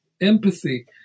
empathy